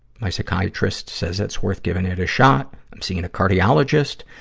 my psychiatrist says it's worth giving it a shot. i'm seeing a cardiologist.